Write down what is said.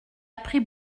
appris